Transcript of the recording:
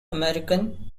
american